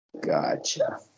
Gotcha